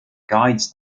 guides